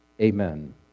Amen